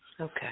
Okay